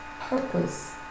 purpose